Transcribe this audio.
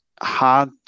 hard